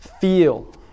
Feel